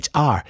HR